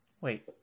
Wait